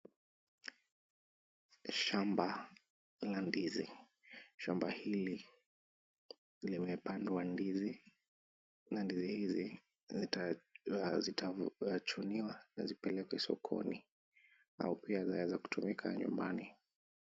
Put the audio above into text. Shamba la ndizi, shamba hili limepandwa ndizi na ndizi hizi zitachuniwa na zipelekwe sokoni au pia zaweza tumika nyumbani.